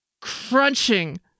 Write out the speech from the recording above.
crunching